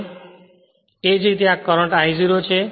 આ તે જ રીતે કરંટ I0 છે